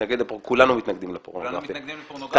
כולנו מתנגדים לפורנוגרפיה.